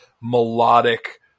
melodic